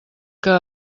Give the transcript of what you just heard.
que